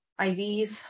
IVs